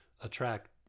attract